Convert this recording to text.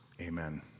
Amen